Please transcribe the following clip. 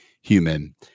human